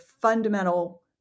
fundamental